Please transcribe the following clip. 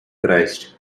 christ